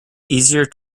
easier